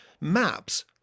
maps